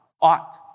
Ought